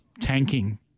tanking